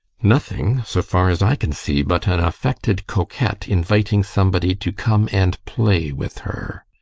nothing, so far as i can see, but an affected coquette inviting somebody to come and play with her.